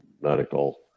medical